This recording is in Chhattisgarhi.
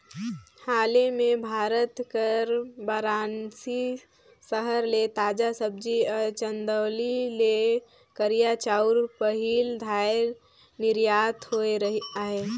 हाले में भारत कर बारानसी सहर ले ताजा सब्जी अउ चंदौली ले करिया चाँउर पहिल धाएर निरयात होइस अहे